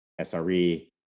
SRE